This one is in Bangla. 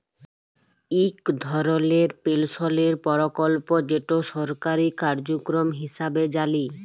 ইক ধরলের পেলশলের পরকল্প যেট সরকারি কার্যক্রম হিঁসাবে জালি